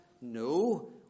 no